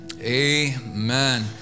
Amen